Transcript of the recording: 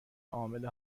عامل